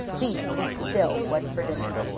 beef is still what's for dinner.